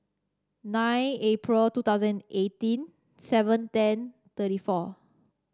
nine April two thousand and eighteen seven ten thirty four